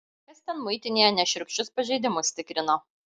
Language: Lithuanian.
kas ten muitinėje nešiurkščius pažeidimus tikrina